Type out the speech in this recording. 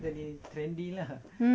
mm